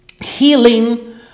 Healing